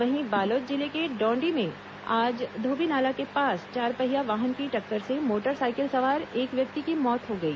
वहीं बालोद जिले के डाँडी में आज धोबीनाला के पास चारपहिया वाहन की टक्कर से मोटरसाइकिल सवार एक व्यक्ति की मौत हो गई